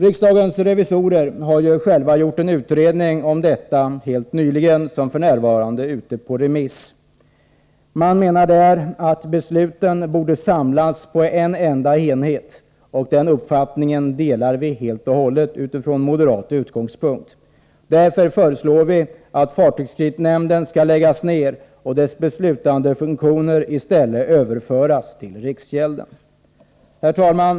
Riksdagens revisorer har själva helt nyligen gjort en utredning om detta som f. n. är ute på remiss. Man menar där att besluten borde samlas på en enda enhet. Den uppfattningen delar vi helt och hållet från moderat utgångspunkt. Därför föreslår vi att fartygskreditnämnden skall läggas ned och dess beslutsfunktion i stället överföras till riksgälden. Herr talman!